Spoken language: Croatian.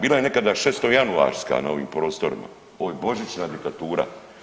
Bila je nekad 6. januarska na ovim prostorima, ovo je božićna diktatura.